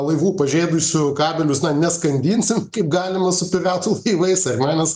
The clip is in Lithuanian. laivų pažeidusių kabelius na neskandinsim kaip galima su piratų laivais ar ne nes